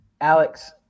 alex